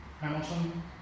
Hamilton